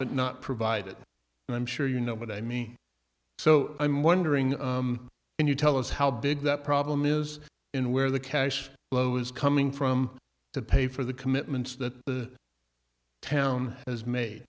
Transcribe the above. but not provided and i'm sure you know what i mean so i'm wondering can you tell us how big the problem is in where the cash flow is coming from to pay for the commitments that the town has made